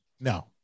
no